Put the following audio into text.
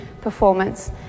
performance